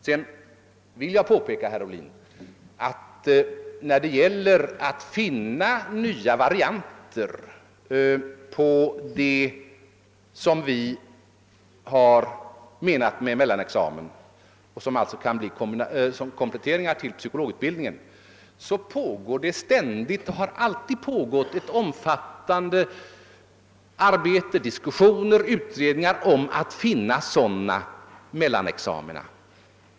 Jag vill påpeka, herr Ohlin, att när det gäller att finna nya varianter på det som vi har avsett med mellanexamen och alltså som komplettering till psykologutbildningen, så pågår det ständigt och har alltid pågått ett omfattande arbete — diskussioner, utredningar — om att finna sådana mellanexamina.